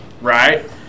right –